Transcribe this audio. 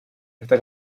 esta